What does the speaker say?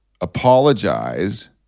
Apologize